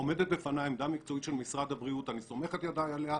שעומדת בפניו עמדה מקצועית של משרד הבריאות והוא סומך את ידו עליה.